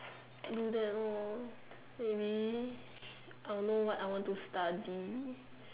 do that lor maybe I would know what I want to study